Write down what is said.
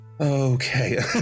Okay